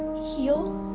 heal?